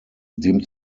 dem